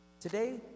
today